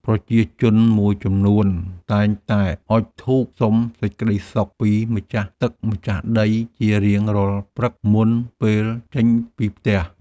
ប្រជាជនមួយចំនួនតែងតែអុជធូបសុំសេចក្តីសុខពីម្ចាស់ទឹកម្ចាស់ដីជារៀងរាល់ព្រឹកមុនពេលចេញពីផ្ទះ។